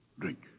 Drink